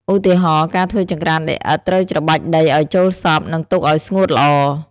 ឧទាហរណ៍ ការធ្វើចង្ក្រានដីឥដ្ឋ ត្រូវច្របាច់ដីឲ្យចូលសព្វ និងទុកឲ្យស្ងួតល្អ។